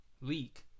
leak